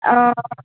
ఆ